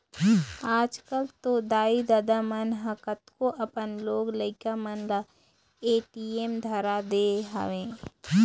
आजकल तो दाई ददा मन ह तको अपन लोग लइका मन ल ए.टी.एम धरा दे हवय